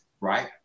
right